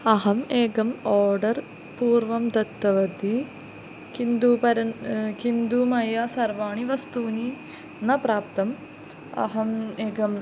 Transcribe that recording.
अहम् एकम् ओर्डर् पूर्वं दत्तवती किन्तु परन्तु किन्तु मया सर्वाणि वस्तूनि न प्राप्तानि अहम् एकम्